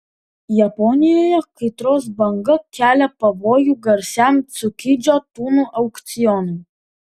japonijoje kaitros banga kelia pavojų garsiam cukidžio tunų aukcionui